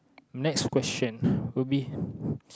next question will be